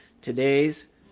today's